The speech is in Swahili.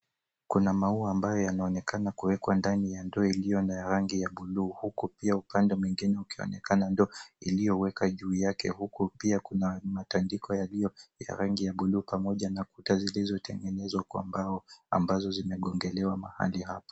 Kuna maua ambayo yanaonekana kuwekwa ndani ya ndoo iliyo na rangi ya bluu huku pia upande mwingine kukionekana ndoo iliyowekwa juu yake. Huku pia kuna matandiko yaliyo ya rangi ya bluu pamoja na kuta zilizotegenezwa kwa mbao ambazo zimegongelewa mahali hapa.